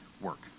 work